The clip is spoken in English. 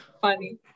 funny